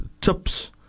tips